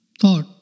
thought